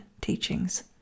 teachings